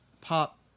pop